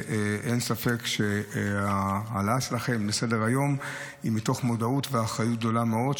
ואין ספק שההעלאה שלכם לסדר-היום היא מתוך מודעות ואחריות גדולה מאוד,